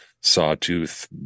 sawtooth